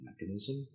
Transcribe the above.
mechanism